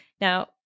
Now